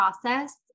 process